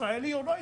ישראלי או לא,